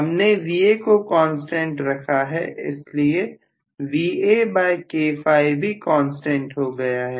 हमने Va को constant रखा है इसीलिए भी कांस्टेंट हो गया है